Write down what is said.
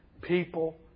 people